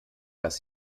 dass